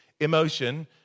emotion